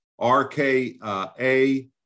RKA